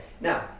Now